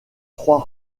trois